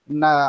na